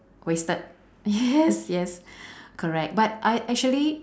wasted yes yes correct but I actually